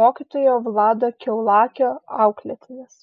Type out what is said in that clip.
mokytojo vlado kiaulakio auklėtinis